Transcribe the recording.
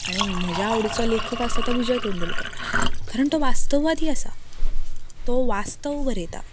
आनी म्हज्या आवडीचो लेखक आसा तो विजय तेंडुलकर कारण तो वास्तववादी आसा तो वास्तव बरयता